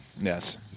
Yes